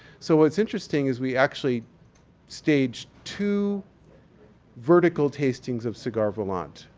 so what's interesting is we actually staged two vertical tastings of cigare volant.